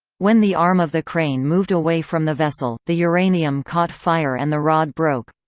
when the arm of the crane moved away from the vessel, the uranium caught fire and the rod broke.